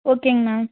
ஓகேங்க மேம்